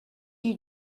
you